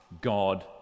God